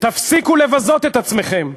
תפסיקו לבזות את עצמכם בשטיקים,